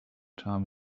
time